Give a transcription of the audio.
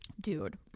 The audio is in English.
Dude